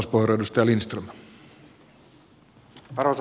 arvoisa herra puhemies